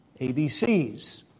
ABCs